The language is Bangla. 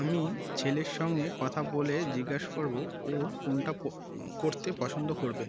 আমি ছেলের সঙ্গে কথা বলে জিজ্ঞেস করবো ও কোনটা কো করতে পছন্দ করবে